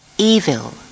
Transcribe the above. evil